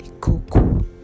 cocoa